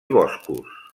boscos